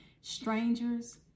Strangers